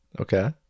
Okay